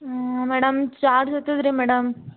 ಹ್ಞೂ madam charge ಆಗ್ತದ್ರಿ madam